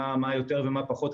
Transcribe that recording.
מה יותר ומה פחות,